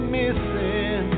missing